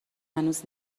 هنوز